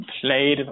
played